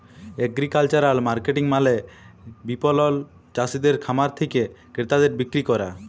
agricultural marketing মালে বিপণল চাসিদের খামার থেক্যে ক্রেতাদের বিক্রি ক্যরা